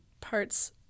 parts